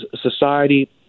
society